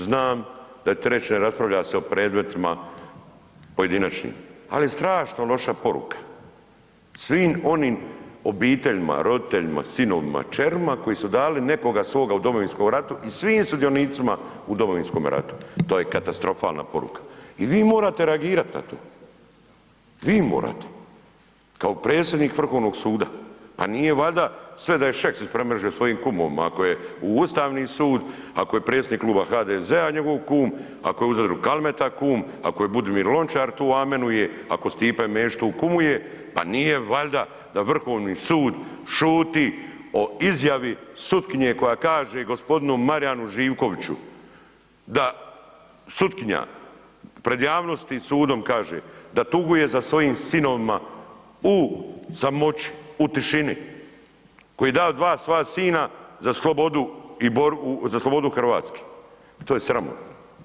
Znam da ćete reć ne raspravlja se o predmetima pojedinačnim ali je strašno loša poruka svim onim obiteljima, roditeljima, sinovima, kćerima koji su dali nekoga svoga u Domovinskom ratu i svim sudionicima u domovinskome ratu, to je katastrofalna poruka i vi morate reagirat na to, vi morate kao predsjednik Vrhovnog suda, pa nije valjda sve da je Šeks ispremrežio svojim kumovima, ako je u Ustavni sud, ako je predsjednik Kluba HDZ-a njegov kum, ako je u Zadru Kalmeta kum, ako je Budimir Lončar tu amenuje, ako Stipe Mesić tu kumuje, pa nije valjda da Vrhovni sud šuti o izjavi sutkinje koja kaže g. Marijanu Živkoviću da, sutkinja pred javnosti i sudom kaže da tuguje za svojim sinovima u samoći, u tišini, koji je dao 2 svoja sina za slobodu i, za slobodu RH, to je sramotno.